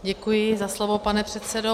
Děkuji za slovo, pane předsedo.